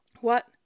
What